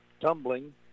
tumbling